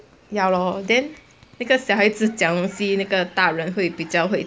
ya lor then because 小孩子讲东西那个大人会比较会